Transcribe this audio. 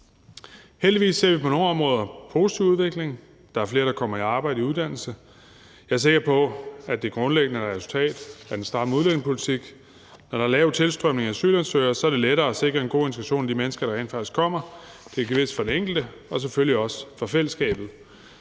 Heldigvis ser vi på nogle områder en positiv udvikling. Der er flere, der kommer i arbejde og i uddannelse. Jeg er sikker på, at det grundlæggende er et resultat af den stramme udlændingepolitik. Når der er en lav tilstrømning af asylansøgere, er det lettere at sikre en god integration af de mennesker, der rent faktisk kommer, ikke mindst til gavn for den enkelte, men selvfølgelig også for fællesskabet.